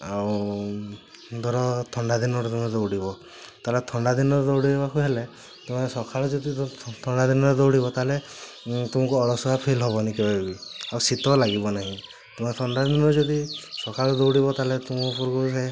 ଆଉ ଧର ଥଣ୍ଡା ଦିନରେ ତୁମେ ଦୌଡ଼ିବ ତା'ର ଥଣ୍ଡା ଦିନରେ ଦୌଡ଼ିବାକୁ ହେଲେ ତମେ ସକାଳେ ଯଦି ତମେ ଥଣ୍ଡା ଦିନରେ ଦୌଡ଼ିବ ତାହାହେଲେ ତମକୁ ଅଳସୁଆ ଫିଲ୍ ହେବନି କେବେ ବି ଆଉ ଶୀତ ଲାଗିବନି ତ ଥଣ୍ଡା ଦିନରେ ଯଦି ସକାଳୁ ଦୌଡ଼ିବ ତାହାହେଲେ ତୁମ